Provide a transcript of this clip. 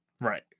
Right